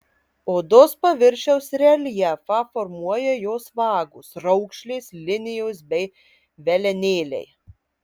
odos paviršiaus reljefą formuoja jos vagos raukšlės linijos bei velenėliai